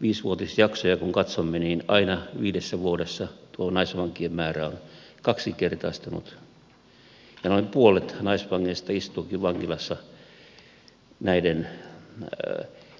viisivuotisjaksoja kun katsomme niin aina viidessä vuodessa tuo naisvankien määrä on kaksinkertaistunut ja noin puolet naisvangeista istuukin vankilassa näiden